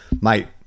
Mate